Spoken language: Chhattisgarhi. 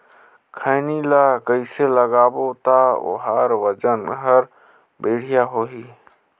खैनी ला कइसे लगाबो ता ओहार वजन हर बेडिया होही?